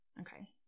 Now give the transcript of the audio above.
okay